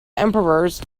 emperors